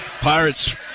Pirates